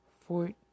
Fort